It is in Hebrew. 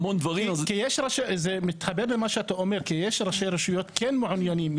כי יש ראשי רשויות שכן מעוניינים.